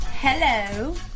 Hello